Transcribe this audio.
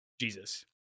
Jesus